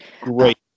great